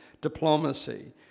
diplomacy